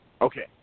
Okay